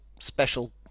special